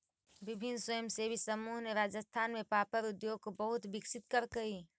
विभिन्न स्वयंसेवी समूहों ने राजस्थान में पापड़ उद्योग को बहुत विकसित करकई